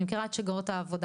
אני מכירה את שגרות העבודה